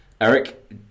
Eric